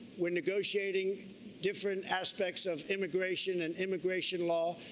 we're negotiating different aspects of immigration and immigration law.